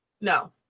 No